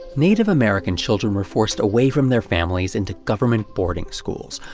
native american children were forced away from their families into government boarding schools,